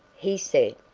he said.